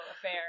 affair